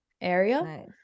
area